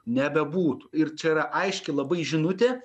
nebebūtų ir čia yra aiški labai žinutė